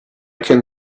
can